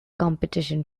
competition